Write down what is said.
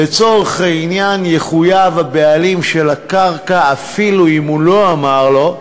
לצורך העניין יחויב הבעלים של הקרקע אפילו אם הוא לא אמר לו,